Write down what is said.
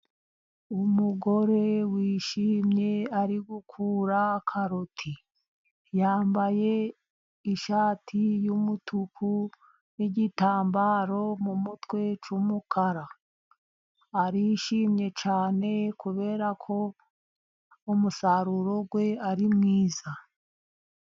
Umugore wishimye ari gukura karoti, yambaye ishati y'umutuku n'igitambaro mu mutwe cy'umukara. Arishimye cyane kubera ko umusaruro we ari mwiza.